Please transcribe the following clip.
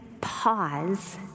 pause